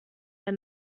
der